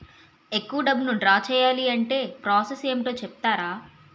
ఎక్కువ డబ్బును ద్రా చేయాలి అంటే ప్రాస సస్ ఏమిటో చెప్తారా?